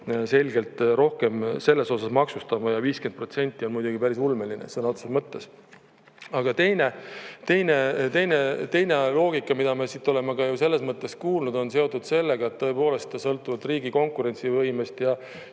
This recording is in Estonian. selgelt rohkem selles osas maksustama. Ja 50% on muidugi päris ulmeline sõna otseses mõttes. Aga teine loogika, mida me oleme ju selles mõttes kuulnud, on seotud sellega, et tõepoolest, sõltuvalt riigi konkurentsivõimest ja